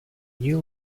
new